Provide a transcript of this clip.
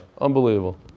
unbelievable